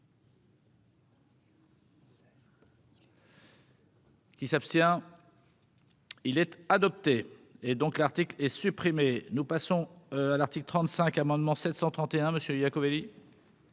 Qui s'abstient-il être adopté et donc l'article est supprimé, nous passons à l'article 35 amendement 731 Monsieur Iacovelli.